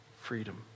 freedom